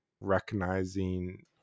recognizing